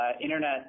Internet